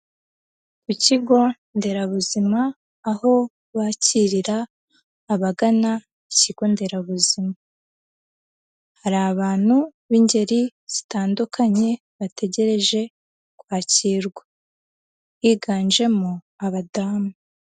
Ku kigo nderabuzima aho bakirira abagana ikigo nderabuzima, hari abantu b'ingeri zitandukanye bategereje kwakirwa, higanjemo abadamu.